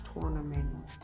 tournament